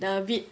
a bit